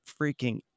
freaking